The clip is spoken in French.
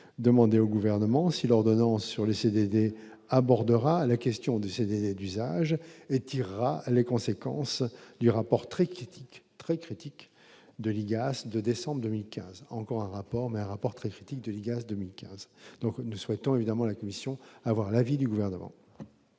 demandez au gouvernement si l'ordonnance sur le CDD abordera la question des CDD d'usage et tirera les conséquences du rapport très qui éthique très critique de l'IGAS de décembre 2015, encore un rapport mais un rapport très critique de l'IGAS 2015, donc nous souhaitons évidemment la Commission avoir l'avis du gouvernement.